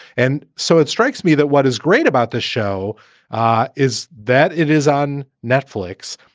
and so it strikes me that what is great about the show ah is that it is on netflix,